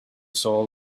soul